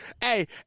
Hey